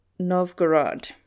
novgorod